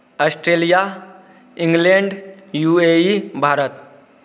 Australia England U A E Bharat